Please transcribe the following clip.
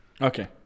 Okay